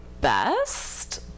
best